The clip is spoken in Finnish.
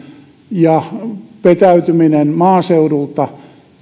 ja vetäytyminen maaseudulta